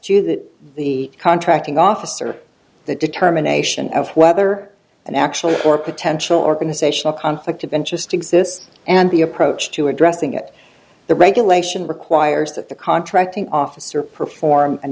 to that the contracting officer the determination of whether an actual or potential organizational conflict of interest exists and the approach to addressing it the regulation requires that the contracting officer perform an